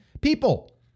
people